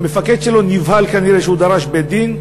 המפקד שלו כנראה נבהל מכך שהוא דרש בית-דין,